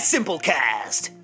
SimpleCast